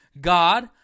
god